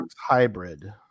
Hybrid